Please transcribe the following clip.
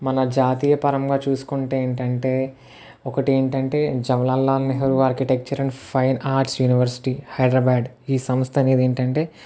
మన జాతీయ పరంగా చూసుకుంటే ఏమిటంటే ఒకటి ఏంటంటే Jawaharlal Nehru architecture and fine arts university Hyderabad ఈ సంస్థ అనేది ఏంటంటే